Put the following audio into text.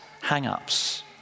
hang-ups